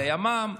לימ"מ,